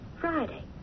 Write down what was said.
Friday